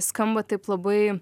skamba taip labai